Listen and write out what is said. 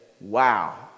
wow